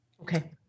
Okay